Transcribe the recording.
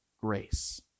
grace